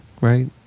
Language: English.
right